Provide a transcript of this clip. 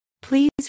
Please